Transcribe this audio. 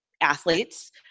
athletes